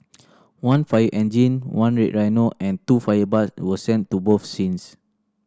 one fire engine one Red Rhino and two fire bike were sent to both scenes